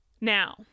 Now